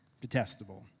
detestable